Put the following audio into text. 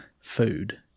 food